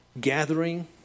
Gathering